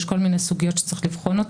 יש כל מיני סוגיות שצריך לבחון.